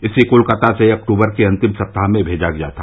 इसे कोलकाता से अक्टूबर के अंतिम सप्ताह में भेजा गया था